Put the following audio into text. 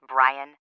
Brian